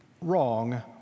wrong